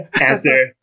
answer